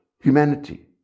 humanity